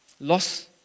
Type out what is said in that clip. Loss